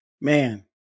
Man